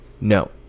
no